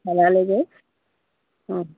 থানালৈ গৈ অঁ